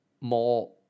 more